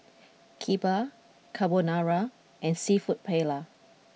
Kheema Carbonara and Seafood Paella